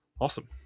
Awesome